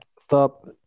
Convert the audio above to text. Stop